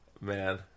Man